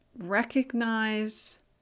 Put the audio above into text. recognize